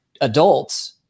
adults